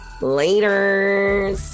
later